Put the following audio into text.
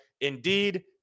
Indeed